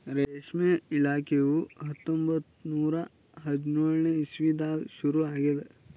ರೇಷ್ಮೆ ಇಲಾಖೆಯು ಹತ್ತೊಂಬತ್ತು ನೂರಾ ಹದಿನಾಲ್ಕನೇ ಇಸ್ವಿದಾಗ ಶುರು ಆಗ್ಯದ್